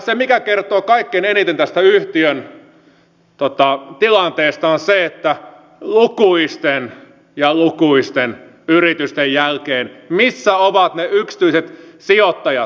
se mikä kertoo kaikkein eniten tästä yhtiön tilanteesta on se missä ovat lukuisten ja lukuisten yritysten jälkeen ne yksityiset sijoittajat